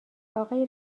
آقای